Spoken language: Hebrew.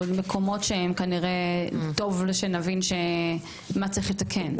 מקומות שהם כנראה טוב שנבין מה צריך לתקן.